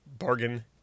Bargain